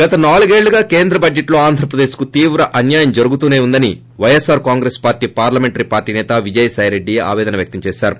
గత నాలుగేళ్లుగా కేంద్ర బడైట్లో ఆంధ్రప్రదేశ్కు తీవ్ర అన్వాయం జరుగుతూనే ఉందని వైఎస్సార్ కాంగ్రెస్ పార్టీ పార్లమెంటరీ నేత విజయసాయి రెడ్డి ఆపేదన వ్యక్తం చేసారు